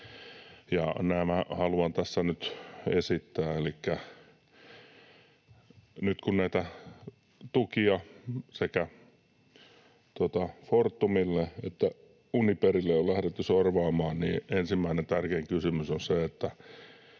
nämä haluan tässä nyt esittää. Nyt kun näitä tukia sekä Fortumille että Uniperille on lähdetty sorvaamaan, niin ensimmäinen, tärkein kysymys on se,